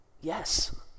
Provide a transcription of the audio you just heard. Yes